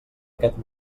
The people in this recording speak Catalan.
aquest